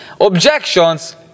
Objections